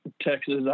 Texas